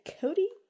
Cody